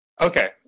okay